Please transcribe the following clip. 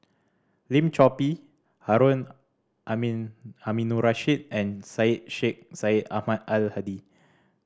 Lim Chor Pee Harun Aminurrashid and Syed Sheikh Syed Ahmad Al Hadi